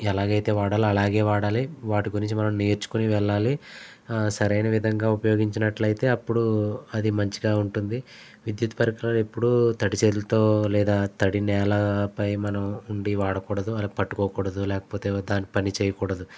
ఎలాగైతే వాడలో అలాగే వాడాలి వాటి గురించి మనం నేర్చుకొని వెళ్ళాలి సరైన విధంగా ఉపయోగించినట్లయితే అప్పుడు అది మంచిగా ఉంటుంది విద్యుత్ పరికరాలు ఎప్పుడూ తడిచేతులతో లేదా తడి నేలపై మనం ఉండి వాడకూడదు అని పట్టుకోకూడదు లేకపోతే దాని పని చేయకూడదు